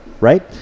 right